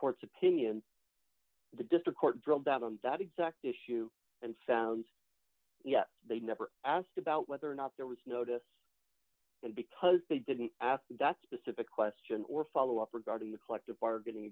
court's opinion the district court drilled out on that exact issue and found they never asked about whether or not there was notice and because they didn't ask that specific question or follow up regarding the collective bargaining